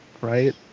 right